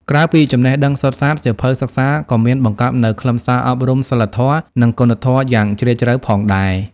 ក្រៅពីចំណេះដឹងសុទ្ធសាធ សៀវភៅសិក្សាក៏មានបង្កប់នូវខ្លឹមសារអប់រំសីលធម៌ និងគុណធម៌យ៉ាងជ្រាលជ្រៅផងដែរ។